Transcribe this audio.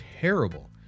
terrible